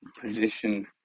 position